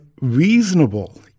reasonable